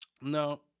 No